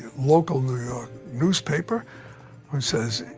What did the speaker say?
local new york newspaper who says,